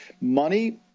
money